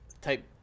type